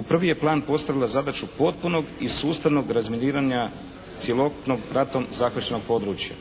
u prvi je plan postavila zadaću potpunog i sustavnog razminiranja cjelokupnog ratom zahvaćenog područja.